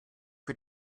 für